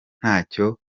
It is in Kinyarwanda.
ntacyo